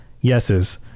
yeses